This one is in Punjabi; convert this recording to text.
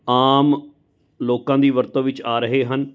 ਆਮ ਲੋਕਾਂ ਦੀ ਵਰਤੋਂ ਵਿੱਚ ਆ ਰਹੇ ਹਨ